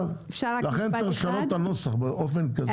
לכן צריך לשנות את הנוסח באופן כזה.